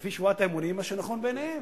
לפי שבועת האמונים, מה שנכון בעיניהם,